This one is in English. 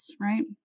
right